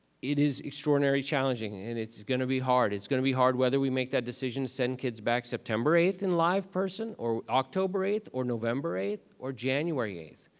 it is, extraordinary challenging, and it's gonna be hard. it's gonna be hard whether we make that decision to send kids back september eighth in live person or october eighth or november eighth or january eighth.